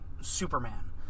Superman